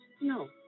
No